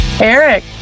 Eric